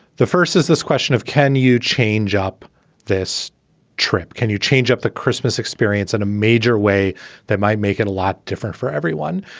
the first is this question of can you change up this trip? can you change up the christmas experience in and a major way that might make it a lot different for everyone.